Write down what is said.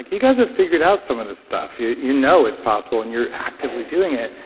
you guys have figured out some of this stuff. you you know it's possible and you're actively doing it.